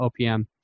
OPM